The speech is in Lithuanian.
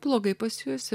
blogai pasijusti